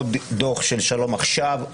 עוד דוח של שלום עכשיו,